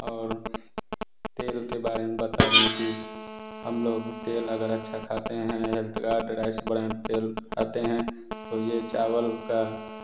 और तेल के बारे में बता दें कि हम लोग तेल अगर अच्छा खाते हैं तो राइस ब्रैन तेल खाते हैं तो ये चावल का